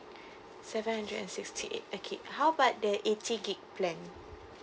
seven hundred and sixty eight okay how about that eighty gig plan